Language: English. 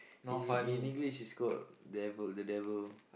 in in in English it's called devil the devil